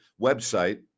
website